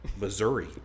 Missouri